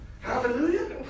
Hallelujah